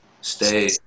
stay